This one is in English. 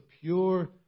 pure